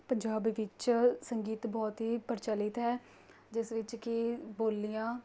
ਪੰਜਾਬ ਵਿੱਚ ਸੰਗੀਤ ਬਹੁਤ ਹੀ ਪ੍ਰਚਲਿਤ ਹੈ ਜਿਸ ਵਿੱਚ ਕਿ ਬੋਲੀਆਂ